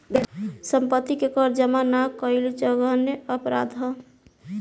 सम्पत्ति के कर जामा ना कईल जघन्य अपराध ह